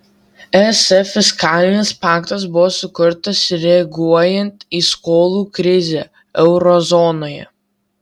es fiskalinis paktas buvo sukurtas reaguojant į skolų krizę euro zonoje